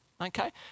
Okay